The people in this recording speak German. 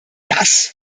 das